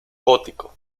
gótico